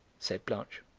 said blanche.